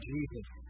Jesus